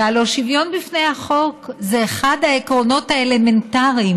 והלוא שוויון בפני החוק זה אחד העקרונות האלמנטריים